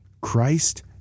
christ